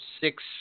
six